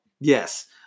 Yes